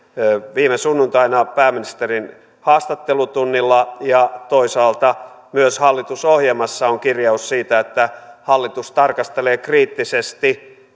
viime sunnuntaina pääministerin haastattelutunnilla toisaalta myös hallitusohjelmassa on kirjaus siitä että hallitus tarkastelee kriittisesti